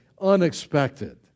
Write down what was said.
unexpected